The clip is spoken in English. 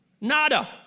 nada